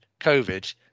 COVID